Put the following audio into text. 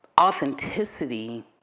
Authenticity